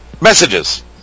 messages